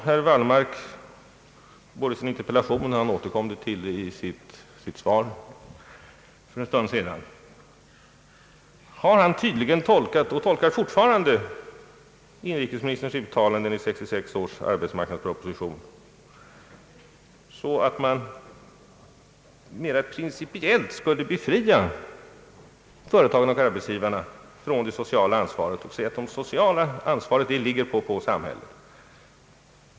Herr Wallmark har både i sin interpellation och i sitt anförande för en stund sedan tolkat inrikesministerns uttalanden i 1966 års arbetsmarknadsproposition på det sättet att företagen och arbetsgivarna mera principiellt skulle befrias från det sociala ansvaret och att detta ansvar i stället exklusivt borde åvila samhället.